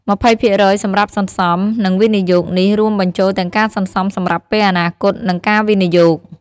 ២០% សម្រាប់សន្សំ និងវិនិយោគនេះរួមបញ្ចូលទាំងការសន្សំសម្រាប់ពេលអនាគត និងការវិនិយោគ។